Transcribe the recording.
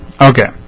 okay